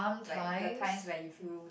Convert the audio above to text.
like there are times when you feel